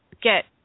get